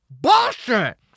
bullshit